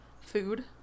Food